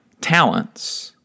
talents